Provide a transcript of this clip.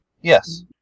Yes